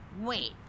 Wait